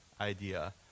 idea